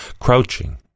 crouching